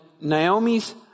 Naomi's